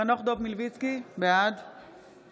חנוך דב מלביצקי, בעד